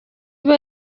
iba